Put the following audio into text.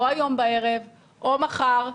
או היום בערב, או מחר.